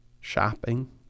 shopping